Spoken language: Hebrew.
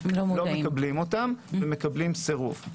מקבלים סירוב.